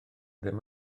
ddim